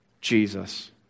Jesus